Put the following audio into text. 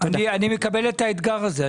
אני מקבל את האתגר הזה.